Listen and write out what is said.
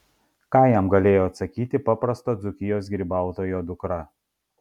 ką jam galėjo atsakyti paprasto dzūkijos grybautojo dukra